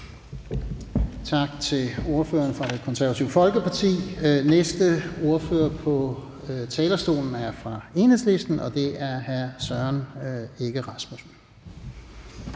Tak til ordføreren fra Det Konservative Folkeparti. Næste ordfører på talerstolen er fra Enhedslisten, og det er hr. Søren Egge Rasmussen.